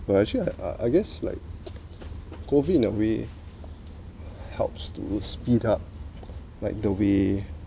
but actually I I guess like COVID in a way helps to speed up like the way